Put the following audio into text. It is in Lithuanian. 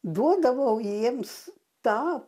duodavau jiems tą